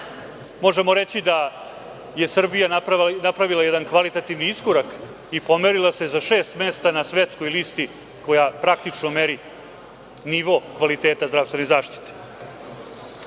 možemo reći da je Srbija napravila jedan kvalitativni iskorak i pomerila se za šest mesta na svetskoj listi koja praktično meri nivo kvaliteta zdravstvene zaštite. Dakle,